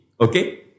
Okay